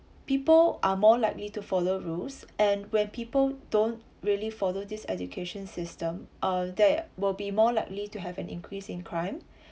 people are more likely to follow rules and when people don't really follow this education system uh there will be more likely to have an increase in crime